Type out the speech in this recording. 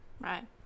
Right